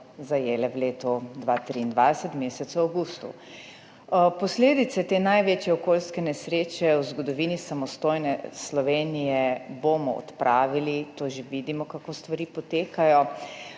zajele v letu 2023 v mesecu avgustu. Posledice te največje okoljske nesreče v zgodovini samostojne Slovenije bomo odpravili, to že vidimo, kako stvari potekajo,